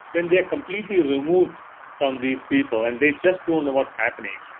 when they are completely removed from these people, and they just don't know what's happening,